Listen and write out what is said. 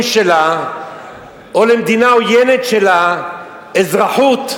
שלה או לאזרחי מדינה עוינת שלה אזרחות.